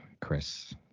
Chris